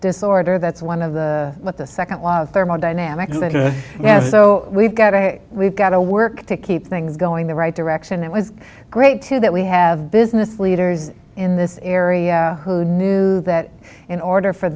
disorder that's one of the what the second law of thermodynamics yeah so we've got a we've got to work to keep things going the right direction that was great too that we have business leaders in this area who knew that in order for